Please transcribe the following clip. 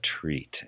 treat